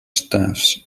staffs